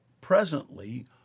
presently